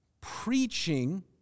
preaching